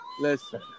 Listen